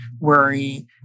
worry